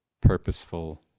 purposeful